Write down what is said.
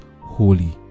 holy